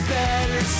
better